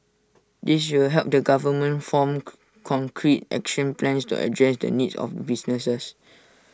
this will help the government form concrete action plans to address the needs of businesses